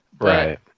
Right